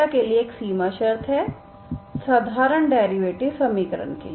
तो यह के लिए एक सीमा शर्त है साधारण डेरिवेटिव समीकरण के लिए